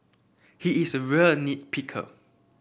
he is a real nit picker